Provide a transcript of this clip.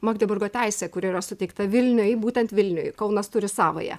magdeburgo teisę kuri yra suteikta vilniui būtent vilniui kaunas turi savąją